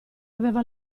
aveva